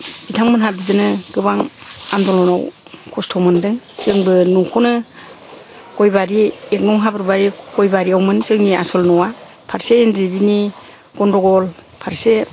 बिथांमोनहा बिदिनो गोबां आन्दलनाव खस्त' मोनदों जोंबो नखौनो गयबारि एक नं हाब्रुबारी गयबारियावमोन जोंनि आसल नआ फारसे एनदिएफबि नि गन्दगल फारसे